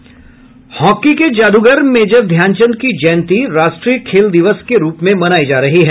hockey के जादूगर major Dhyan Chand की जयंती राष्ट्रीय खेल दिवस के रूप में मनायी जा रही है